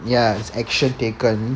yes action taken